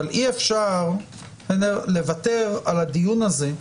אבל אי-אפשר לוותר על הדיון הזה.